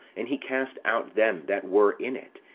and he cast out them that were in it,